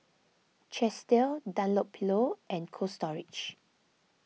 Chesdale Dunlopillo and Cold Storage